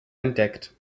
entdeckt